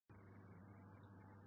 வணக்கம் மாணவர்களே